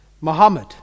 Muhammad